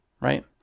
right